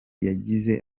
yagize